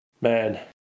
Man